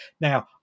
now